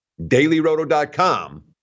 dailyroto.com